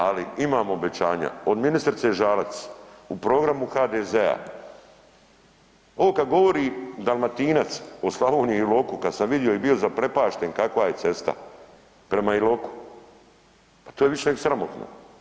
Ali imam obećanja, od ministrice Žalac u programu HDZ-a, ovo kad govori Dalmatinac o Slavoniji i Iloku kad sam vidio i bio zaprepašten kakva je cesta prema Iloku, pa to je više neg sramotno.